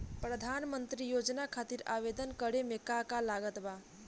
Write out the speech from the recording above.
प्रधानमंत्री योजना खातिर आवेदन करे मे का का लागत बा?